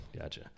Gotcha